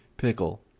Pickle